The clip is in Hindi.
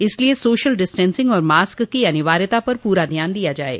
इसलिए सोशल डिस्टेंसिंग और मास्क की अनिवार्यता पर पूरा ध्यान दिया जाये